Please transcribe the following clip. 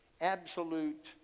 absolute